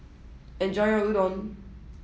enjoy your Udon